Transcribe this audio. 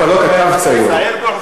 צעיר ברוחך,